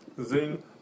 Zing